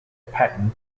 pattern